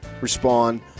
respond